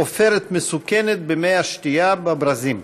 עופרת מסוכנת במי השתייה בברזים.